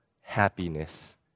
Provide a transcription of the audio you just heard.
happiness